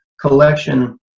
collection